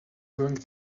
going